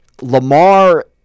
Lamar